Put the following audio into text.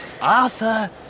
Arthur